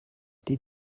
die